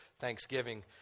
Thanksgiving